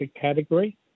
category